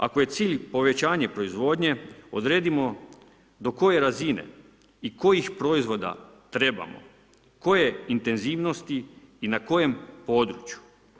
Ako je cilj povećanje proizvodnje, odredimo do koje razine i kojih proizvoda trebamo, koje intenzivnosti i na kojem području.